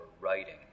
writing